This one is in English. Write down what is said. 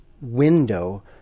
window